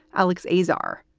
alex azar.